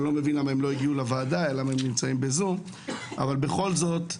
אני לא מבין למה הם לא הגיעו לוועדה ולמה הם נמצאים בזום אבל בכל זאת,